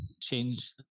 change